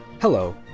Hello